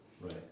Right